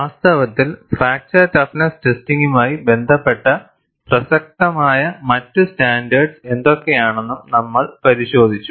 വാസ്തവത്തിൽ fracture toughness ടെസ്റ്റിംഗുമായി ബന്ധപ്പെട്ട് പ്രസക്തമായ മറ്റ് സ്റ്റാൻഡേർഡ്സ് എന്തൊക്കെയാണെന്നും നമ്മൾ പരിശോധിച്ചു